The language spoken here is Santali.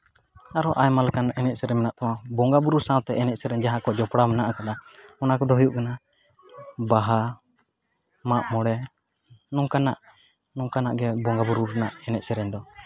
ᱟᱨᱦᱚᱸ ᱟᱭᱢᱟ ᱞᱮᱠᱟᱱ ᱮᱱᱮᱡ ᱥᱮᱨᱮᱧ ᱢᱮᱱᱟᱜ ᱛᱟᱵᱚᱱᱟ ᱵᱚᱸᱜᱟᱼᱵᱩᱨᱩ ᱥᱟᱶᱛᱮ ᱮᱱᱮᱡ ᱥᱮᱨᱮᱧ ᱡᱟᱦᱟᱸ ᱠᱚ ᱡᱚᱯᱲᱟᱣ ᱢᱮᱱᱟᱜ ᱠᱟᱫᱟ ᱚᱱᱟ ᱠᱚᱫᱚ ᱦᱩᱭᱩᱜ ᱠᱟᱱᱟ ᱵᱟᱦᱟ ᱢᱟᱜ ᱢᱚᱬᱮ ᱱᱚᱝᱠᱟᱱᱟᱜ ᱱᱚᱝᱠᱟᱱᱟᱜ ᱜᱮ ᱵᱚᱸᱜᱟᱼᱵᱩᱨᱩ ᱨᱮᱱᱟᱜ ᱮᱱᱮᱡ ᱥᱮᱨᱮᱧ ᱫᱚ